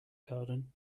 garden